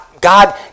God